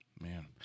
Man